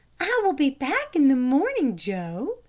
i will be back in the morning, joe,